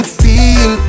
feel